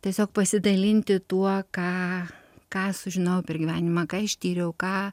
tiesiog pasidalinti tuo ką ką sužinojau per gyvenimą ką ištyriau ką